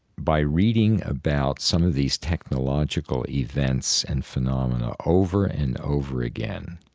by reading about some of these technological events and phenomena over and over again,